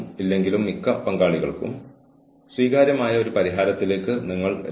ഇത്തരത്തിലുള്ള തെറ്റായ പെരുമാറ്റത്തിന് കാരണമായത് എന്താണെന്ന് കണ്ടെത്തുന്നതിലൂടെ നമുക്ക് ആരംഭിക്കാം